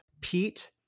Pete